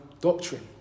doctrine